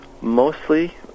Mostly